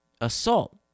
assault